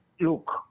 look